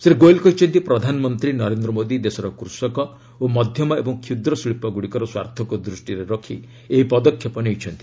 ଶ୍ରୀ ଗୋଏଲ କହିଛନ୍ତି ପ୍ରଧାନମନ୍ତ୍ରୀ ନରେନ୍ଦ୍ର ମୋଦି ଦେଶର କୃଷକ ଓ ମଧ୍ୟମ ଏବଂ କ୍ଷୁଦ୍ରଶିଳ୍ପଗୁଡ଼ିକର ସ୍ୱାର୍ଥକୁ ଦୃଷ୍ଟିରେ ରଖି ଏହି ପଦକ୍ଷେପ ନେଇଛନ୍ତି